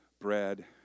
bread